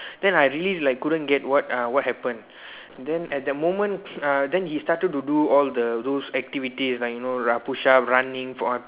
then I really like couldn't get what uh what happen then at that moment uh then he started to do the all the those activities like you know ru~ push up running for